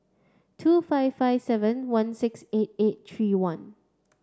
two five five seven one six eight eight three one